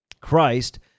Christ